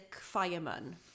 fireman